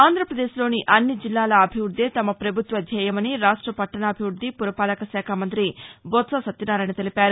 ఆంధ్రప్రదేశ్లోని అన్ని జిల్లాల అభివృద్దే తమ ప్రభుత్వ ధ్యేయమని రాష్ట పట్టణాభివృద్ది పురపాలక శాఖ మంత్రి బొత్స సత్యనారాయణ తెలిపారు